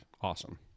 Awesome